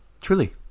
truly